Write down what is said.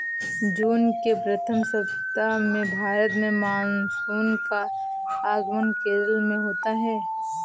जून के प्रथम सप्ताह में भारत में मानसून का आगमन केरल में होता है